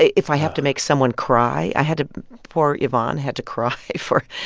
if i have to make someone cry, i had to poor yvonne had to cry for,